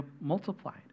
multiplied